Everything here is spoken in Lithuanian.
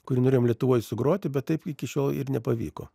kurį norėjom lietuvoj sugroti bet taip iki šiol ir nepavyko